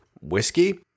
whiskey